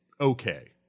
okay